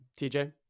TJ